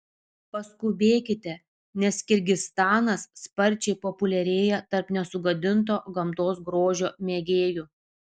paskubėkite nes kirgizstanas sparčiai populiarėja tarp nesugadinto gamtos grožio mėgėjų